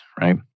right